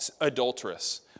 adulterous